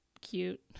cute